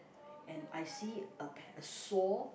and I see a pair a saw